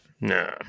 Nah